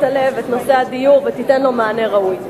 הלב את נושא הדיור ותיתן לו מענה ראוי.